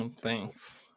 thanks